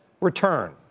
return